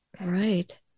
Right